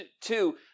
two